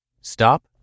Stop